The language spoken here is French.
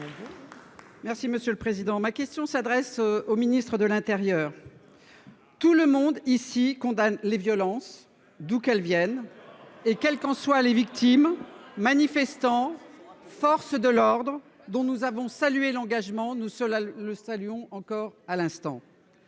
Merci monsieur le président, ma question s'adresse au ministre de l'Intérieur. Tout le monde ici condamne les violences d'où qu'elles viennent et quelles qu'en soient les victimes. Manifestants et forces de l'ordre dont nous avons salué l'engagement nous le Stallion encore à l'instant.